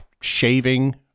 shaving